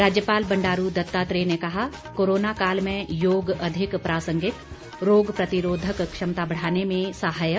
राज्यपाल बंडारू दत्तात्रेय ने कहा कोरोना काल में योग अधिक प्रासंगिक रोग प्रतिरोधक क्षमता बढ़ाने में सहायक